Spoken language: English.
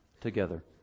together